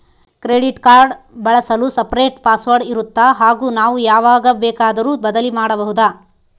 Credit card ಬಳಸಲು separate password ಇರುತ್ತಾ ಹಾಗೂ ನಾವು ಯಾವಾಗ ಬೇಕಾದರೂ ಬದಲಿ ಮಾಡಬಹುದಾ?